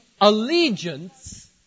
allegiance